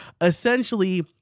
Essentially